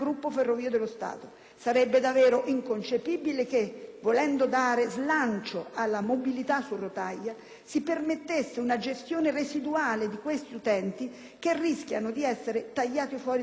Sarebbe davvero inconcepibile che, volendo dare slancio alla mobilità su rotaia, si permettesse una gestione residuale di questi utenti, che rischiano di essere tagliati fuori dal trasporto veloce,